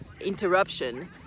interruption